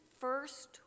first